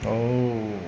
oh